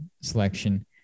selection